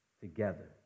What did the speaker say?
together